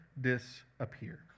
disappear